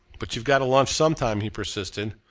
but you've got to lunch some time, he persisted.